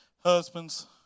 husbands